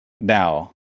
now